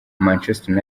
manchester